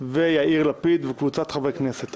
ויאיר לפיד ושל קבוצת חברי כנסת.